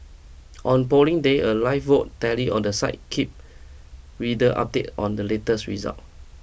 on Polling Day a live vote tally on the site keep reader update on the latest results